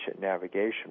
navigation